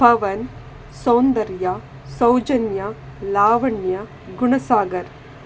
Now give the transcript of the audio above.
Pavan Soundarya Soujanya Lavanya Gunsagar